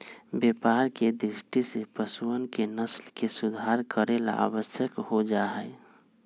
व्यापार के दृष्टि से पशुअन के नस्ल के सुधार करे ला आवश्यक हो जाहई